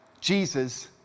Jesus